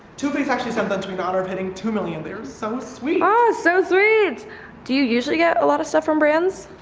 two-face actually sometimes we not are hitting two million. they're so sweet oh, ah so sweet do you usually get a lot of stuff from brands?